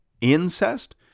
incest